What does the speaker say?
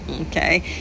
okay